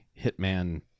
Hitman